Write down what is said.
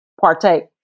partake